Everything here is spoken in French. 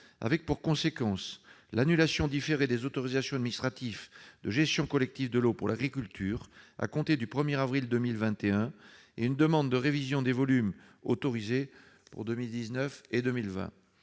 en résulte l'annulation différée des autorisations administratives de gestion collective de l'eau pour l'agriculture, à compter du 1avril 2021, et une demande de révision des volumes autorisés pour 2019 et 2020.